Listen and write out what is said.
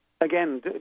again